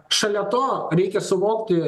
šalia to reikia suvokti